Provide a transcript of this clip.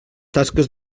tasques